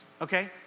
okay